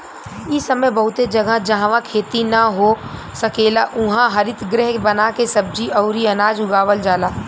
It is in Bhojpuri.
इ समय बहुते जगह, जाहवा खेती ना हो सकेला उहा हरितगृह बना के सब्जी अउरी अनाज उगावल जाला